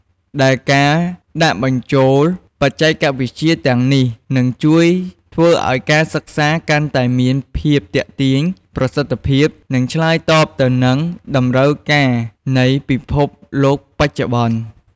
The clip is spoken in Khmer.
ដែលការដាក់បញ្ចូលបច្ចេកវិទ្យាទាំងនេះនឹងជួយធ្វើឱ្យការសិក្សាកាន់តែមានភាពទាក់ទាញ ប្រសិទ្ធភាព និងឆ្លើយតបទៅនឹងតម្រូវការនៃពិភពលោកបច្ចុប្បន្ន។